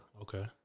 Okay